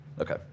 Okay